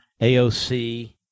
AOC